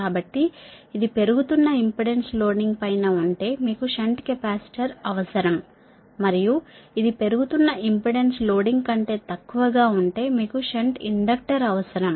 కాబట్టి ఇది పెరుగుతున్న ఇంపెడెన్స్ లోడింగ్ పైన ఉంటే మీకు షంట్ కెపాసిటర్ అవసరం మరియు ఇది పెరుగుతున్న ఇంపెడెన్స్ లోడింగ్ కంటే తక్కువగా ఉంటే మీకు షంట్ ఇండక్టర్ అవసరం